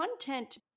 content